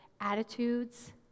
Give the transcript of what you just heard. attitudes